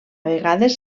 vegades